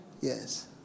Yes